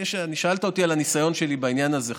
שאלת אותי על הניסיון שלי בעניין הזה,